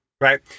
right